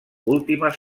últimes